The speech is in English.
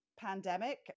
pandemic